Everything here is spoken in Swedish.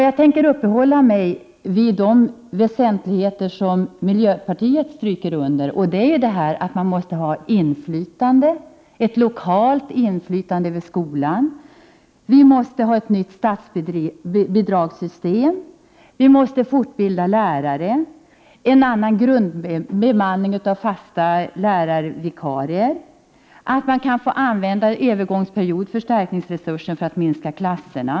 Jag tänker uppehålla mig vid de väsentligheter som miljöpartiet stryker under, nämligen att man måste ha ett lokalt inflytande över skolan och att vi måste få ett nytt statsbidragssystem. Vi måste fortbilda lärare. Det behövs en grundbemanning när det gäller fasta lärarvikarier. Det måste vara möjligt att under en övergångsperiod få använda förstärkningsresursen för att minska klasserna.